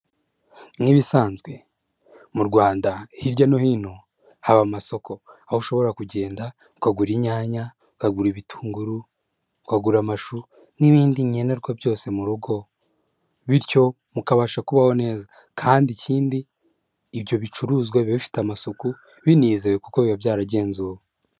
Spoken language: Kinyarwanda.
Nk'ibisanzwe mu Rwanda hirya no hino haba amasoko, aho ushobora kugenda ukagura inyanya, ukagura ibitunguru, ukagura amashu, n'ibindi nkenerwa byose mu rugo, bityo mukabasha kubaho neza. Kandi ikindi, ibyo bicuruzwa biba bifite amasuku binizewe kuko biba byaragenzuwe.